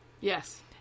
Yes